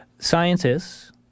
Scientists